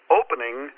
opening